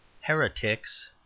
Heretics